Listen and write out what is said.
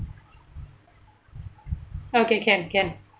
okay can can